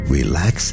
relax